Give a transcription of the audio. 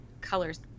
colors